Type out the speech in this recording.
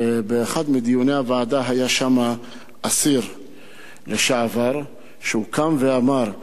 ובאחד מדיוני הוועדה היה אסיר לשעבר שקם ואמר: